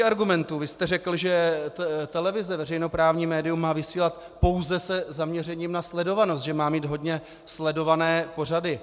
Vy jste řekl, že televize, veřejnoprávní médium, má vysílat pouze se zaměřením na sledovanost, že má mít hodně sledované pořady.